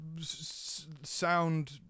Sound